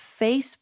Facebook